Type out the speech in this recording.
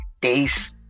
days